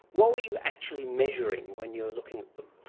what were you actually measuring when you were looking at them?